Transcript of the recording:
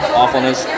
awfulness